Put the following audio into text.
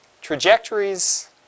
trajectories